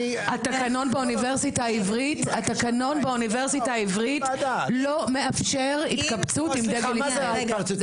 התקנון באוניברסיטה העברית לא מאפשר התקבצות עם דגל ישראל.